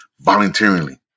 voluntarily